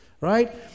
right